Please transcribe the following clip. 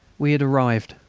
we had arrived!